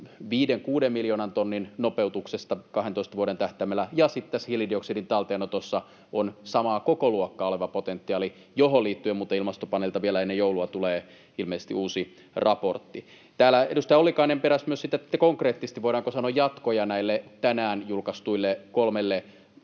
5—6 miljoonan tonnin nopeutuksesta 12 vuoden tähtäimellä. Sitten tässä hiilidioksidin talteenotossa on samaa kokoluokkaa oleva potentiaali, johon liittyen muuten Ilmastopaneelilta vielä ennen joulua tulee ilmeisesti uusi raportti. Täällä edustaja Ollikainen peräsi myös sitä, että voidaanko konkreettisesti sanoa jatkoja näille tänään julkaistuille kolmelle